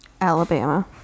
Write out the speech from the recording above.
Alabama